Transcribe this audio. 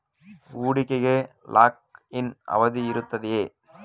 ಹೂಡಿಕೆಗೆ lock in ಅವಧಿ ಇರುತ್ತದೆಯೇ?